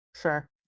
Sure